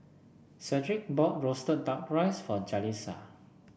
Cedrick bought roasted duck rice for Jalisa